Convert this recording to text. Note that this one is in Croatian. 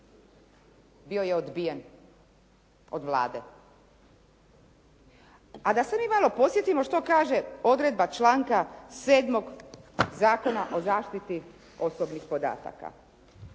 bio je odbijen od Vlade. A da se mi malo podsjetimo što kaže odredba članka 7. Zakona o zaštiti osobnih podataka.